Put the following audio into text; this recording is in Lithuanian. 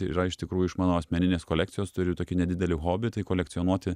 yra iš tikrųjų iš mano asmeninės kolekcijos turiu tokį nedidelį hobį tai kolekcionuoti